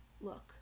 look